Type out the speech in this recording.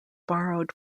borrowed